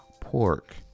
pork